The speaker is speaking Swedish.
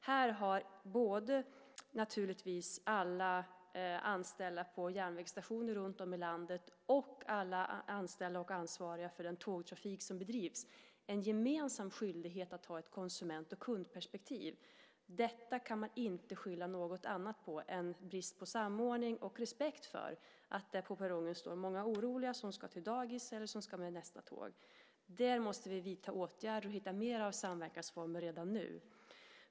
Här har naturligtvis både alla anställda på järnvägsstationer runtom i landet och alla anställda och ansvariga för den tågtrafik som bedrivs en gemensam skyldighet att ha ett konsument och kundperspektiv. Detta kan man inte skylla på något annat än brist på samordning och respekt för att det på perrongen står många oroliga som ska till dagis och ska med nästa tåg. Här måste vi vidta åtgärder och hitta mer av samverkansformer redan nu.